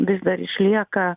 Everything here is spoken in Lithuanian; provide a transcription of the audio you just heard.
vis dar išlieka